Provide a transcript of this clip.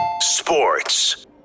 Sports